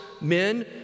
men